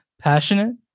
passionate